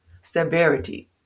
Severity